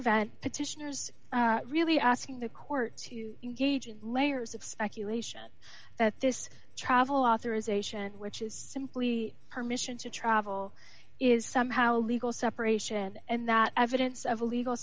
event petitioners really asking the court to engage in layers of speculation that this travel authorization which is simply permission to travel is somehow legal separation and that evidence of a legal